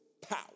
power